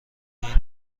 این